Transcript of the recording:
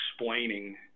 explaining